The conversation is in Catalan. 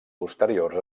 posteriors